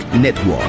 Network